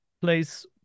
place